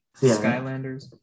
Skylanders